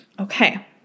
Okay